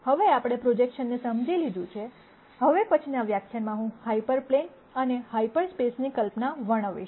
હવે આપણે પ્રોજેકશન્સને સમજી લીધું છે હવે પછીનાં વ્યાખ્યાનમાં હું હાયપર પ્લેન અને હાયપર સ્પેસની કલ્પના વર્ણવીશ